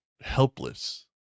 helpless